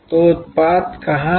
तो उत्पाद कहां है